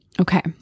Okay